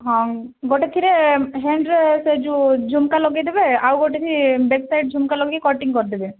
ହଁ ଗୋଟେଥିରେ ହ୍ୟାଣ୍ଡ୍ରେ ସେ ଯେଉଁ ଝୁମ୍କା ଲଗାଇଦେବେ ଆଉ ଗୋଟେଠି ବ୍ୟାକ୍ ସାଇଡ଼୍ ଝୁମ୍କା ଲଗାଇକି କଟିଂ କରିଦେବେ